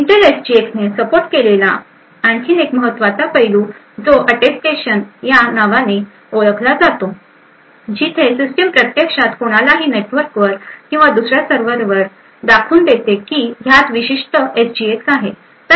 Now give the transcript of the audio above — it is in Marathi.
इंटेल एसजीएक्स ने सपोर्ट केलेला आणखी एक महत्त्वाचा पैलू जो अटेस्टेशन या नावाने या नावाने ओळखला जातो जिथे सिस्टीम प्रत्यक्षात कोणालाही नेटवर्कवर किंवा दुसऱ्या सर्वरला दाखवून देते की ह्यात विशिष्ट एसजीएक्स आहे